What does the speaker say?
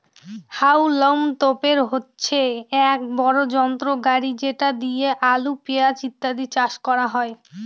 হাউলম তোপের হচ্ছে এক বড় যন্ত্র গাড়ি যেটা দিয়ে আলু, পেঁয়াজ ইত্যাদি চাষ করা হয়